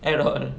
at all